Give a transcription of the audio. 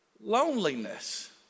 loneliness